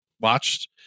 watched